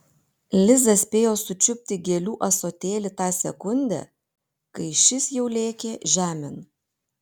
liza spėjo sučiupti gėlių ąsotėlį tą sekundę kai šis jau lėkė žemėn